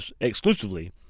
exclusively